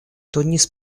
тунис